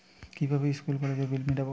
কিভাবে স্কুল কলেজের বিল মিটাব?